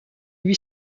lui